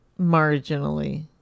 marginally